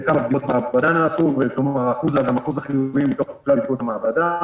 כמה בדיקות מעבדה נעשו וכמובן אחוז החיוביים מתוך בדיקות המעבדה.